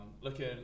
Looking